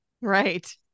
Right